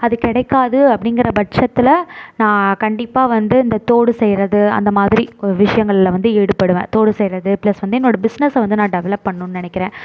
அது கிடைக்காது அப்படிங்கற பட்சத்தில் நான் கண்டிப்பாக வந்து இந்த தோடு செய்கிறது அந்த மாதிரி விஷயங்கலில் வந்து ஈடுபடுவேன் தோடு செய்வது ப்ளஸ் வந்து என்னோட பிஸ்னஸை வந்து நான் டெவலப் பண்ணணுனு நெனைக்கிறன்